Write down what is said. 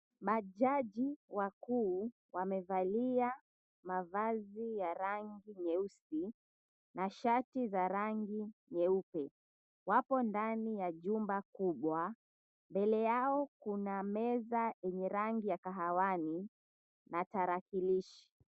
Majaji wakuu, wamevalia mavazi ya rangi nyeusi, na shati za rangi nyeupe, wapo ndani ya jumba kubwa, mbele yao kuna meza yenye rangi ya kahawia na tarakilishi.